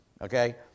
okay